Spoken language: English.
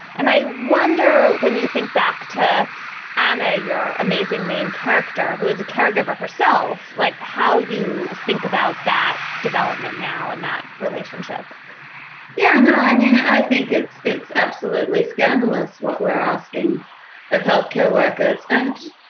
and i wonder when you think back to anna, your amazing main character, who is a caregiver herself. like how you think about that development now and that relationship yeah. i mean, i think it's it's absolutely scandalous what we're asking of health care workers. and,